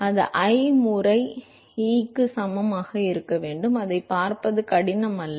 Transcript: அது I முறை E க்கு சமமாக இருக்க வேண்டும் அதைப் பார்ப்பது கடினம் அல்ல